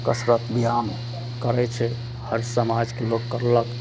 कसरत ब्यायाम करै छै हर समाजके लोक कयलक